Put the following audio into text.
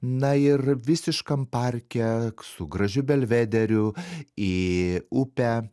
na ir visiškam parke su gražiu belvederiu į upę